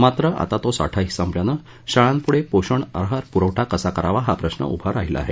मात्र आता तो साठाही संपल्यानं शाळांपुंडे पोषण आहार पुरवठा कसा करावा हा प्रश्न उभा राहिला आहे